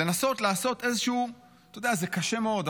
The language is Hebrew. לנסות לעשות איזשהו, אתה יודע, זה קשה מאוד.